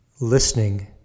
listening